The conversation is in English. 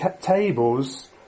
tables